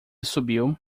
subiu